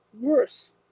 Worse